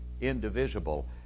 indivisible